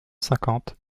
cinquante